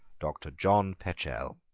doctor john pechell.